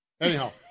Anyhow